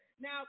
Now